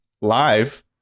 live